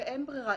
ואין ברירה.